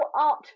art